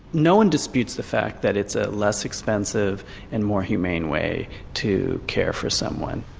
no one disputes the fact that it's a less expensive and more humane way to care for someone.